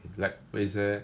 like place eh